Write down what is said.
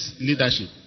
leadership